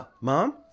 Mom